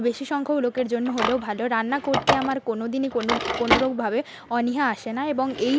বেশি সংখ্যক লোকের জন্য হলেও ভালো রান্না করতে আমার কোনো দিনই কোনো কোনো ভাবে অনীহা আসে না এবং এই